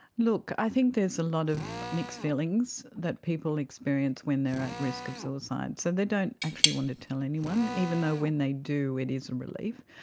look, i think there's a lot of mixed feelings that people experience when they're at risk of suicide, so they don't actually want to tell anyone, even though when they do it is a relief.